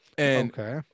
Okay